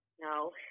no